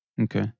Okay